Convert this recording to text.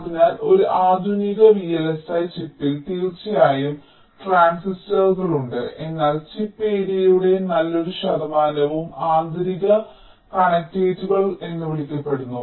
അതിനാൽ ഒരു ആധുനിക VLSI ചിപ്പിൽ തീർച്ചയായും ട്രാൻസിസ്റ്ററുകളുണ്ട് എന്നാൽ ചിപ്പ് ഏരിയയുടെ നല്ലൊരു ശതമാനവും ആന്തരിക കണക്റ്റേറ്റുകൾ എന്ന് വിളിക്കപ്പെടുന്നു